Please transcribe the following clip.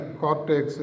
cortex